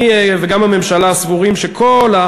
אני וגם הממשלה סבורים שכל,